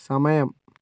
സമയം